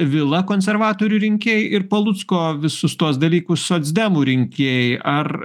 vilą konservatorių rinkėjai ir palucko visus tuos dalykus socdemų rinkėjai ar